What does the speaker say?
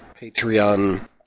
Patreon